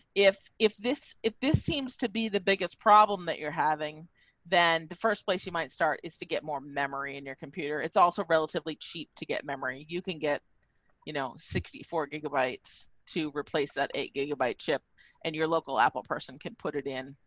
if, if this. if this seems to be the biggest problem that you're having then the first place you might start is to get more memory and your computer. it's also relatively cheap to get memory. memory. you can get you know sixty four gigabytes to replace that eight gigabyte chip and your local apple person can put it in,